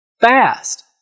Fast